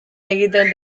egiten